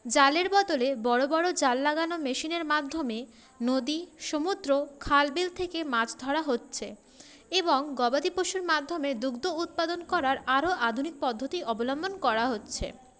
জালের বদলে বড়ো বড়ো জাল লাগানো মেশিনের মাধ্যমে নদী সমুদ্র খালবিল থেকে মাছ ধরা হচ্ছে এবং গবাদি পশুর মাধ্যমে দুগ্ধ উৎপাদন করার আরও আধুনিক পদ্ধতি অবলম্বন করা হচ্ছে